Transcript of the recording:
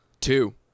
Two